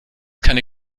keine